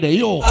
yo